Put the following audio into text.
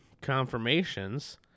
confirmations